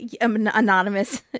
anonymous